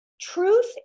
Truth